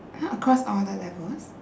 !huh! across all the levels